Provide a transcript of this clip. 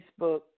Facebook